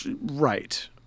Right